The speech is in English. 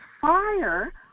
Fire